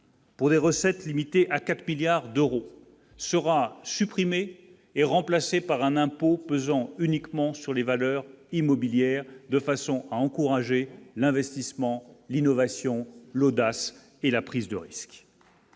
Pour des recettes limitées à 4 milliards d'euros sera supprimée et remplacée par un impôt pesant uniquement sur les valeurs immobilières de façon à encourager l'investissement, l'innovation, l'audace et la prise de risque.